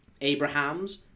Abrahams